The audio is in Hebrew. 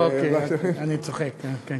אני צוחק, כן.